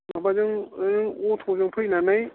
माबाजों नों अट'जों फैनानै